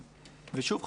ושוב,